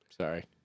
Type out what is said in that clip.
Sorry